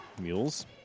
Mules